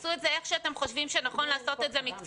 תעשו את זה איך שאתם חושבים שנכון לעשות את זה מקצועית,